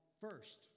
first